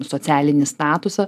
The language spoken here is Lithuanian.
socialinį statusą